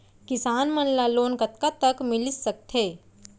किसान मन ला लोन कतका तक मिलिस सकथे?